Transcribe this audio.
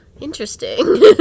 interesting